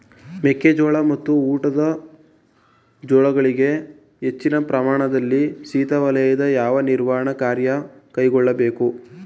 ಮೆಕ್ಕೆ ಜೋಳ ಮತ್ತು ಊಟದ ಜೋಳಗಳಿಗೆ ಹೆಚ್ಚಿನ ಪ್ರಮಾಣದಲ್ಲಿ ಶೀತವಾದಾಗ, ಯಾವ ನಿರ್ವಹಣಾ ಕ್ರಮ ಕೈಗೊಳ್ಳಬೇಕು?